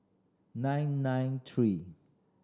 nine nine three